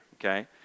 okay